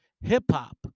hip-hop